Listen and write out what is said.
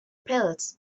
pills